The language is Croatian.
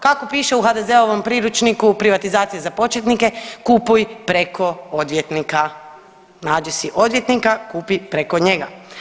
Kako piše u HDZ-ovom priručniku u privatizaciji za početnike, kupuj preko odvjetnika, nađi si odvjetnika kupi preko njega.